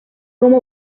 como